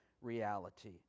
reality